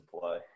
play